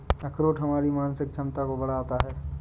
अखरोट हमारी मानसिक क्षमता को बढ़ाता है